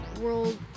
World